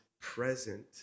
present